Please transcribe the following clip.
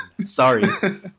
Sorry